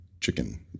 chicken